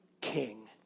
king